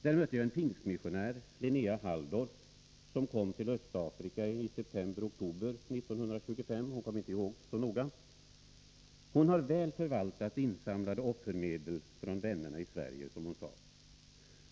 Där mötte jag en pingstmissionär, Linnéa Halldorf, som kom till Östafrika i september eller oktober månad 1925 — hon kom inte ihåg så noga. Hon har väl förvaltat insamlade offermedel från vännerna i Sverige, som hon sade.